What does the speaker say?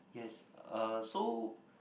yes uh so